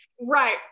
Right